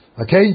Okay